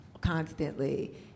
constantly